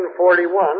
1941